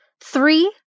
Three